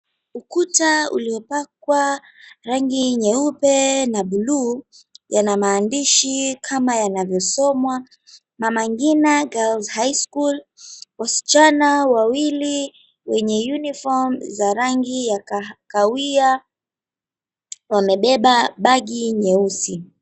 Ukuta umepakwa rangi nyeupe na buluu, yana maandishi yanavyosoma MAMA NGINA GIRLS HIGH SCHOOL. Wasichana wenye uniform ya rangi ya kahawia, wamebeba bagi nyeusi.